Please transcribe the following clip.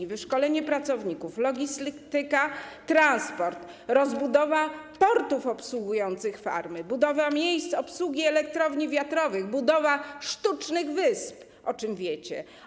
To wyszkolenie pracowników, logistyka, transport, rozbudowa portów obsługujących farmy, budowa miejsc obsługi elektrowni wiatrowych, budowa sztucznych wysp, o czym wiecie.